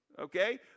Okay